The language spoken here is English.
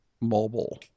mobile